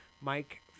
Mike